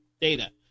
data